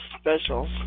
specials